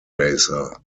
racer